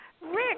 Rick